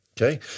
okay